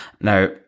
Now